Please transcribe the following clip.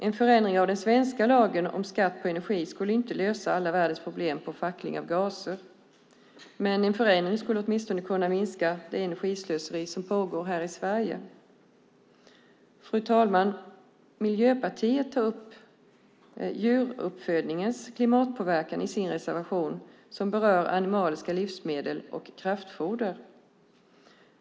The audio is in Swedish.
En förändring av den svenska lagen om skatt på energi skulle inte lösa alla världens problem med fackling av gaser, men en förändring skulle åtminstone kunna minska det energislöseri som pågår här i Sverige. Fru talman! Miljöpartiet tar upp djuruppfödningens klimatpåverkan i sin reservation som berör animaliska livsmedel och kraftfoder.